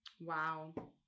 Wow